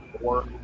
four